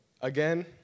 Again